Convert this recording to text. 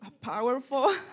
powerful